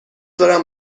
دارم